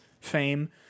fame